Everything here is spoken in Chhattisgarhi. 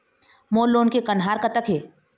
मोर लोन के कन्हार कतक हे?